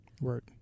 Word